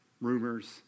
rumors